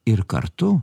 ir kartu